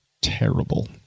terrible